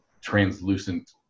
translucent